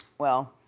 well,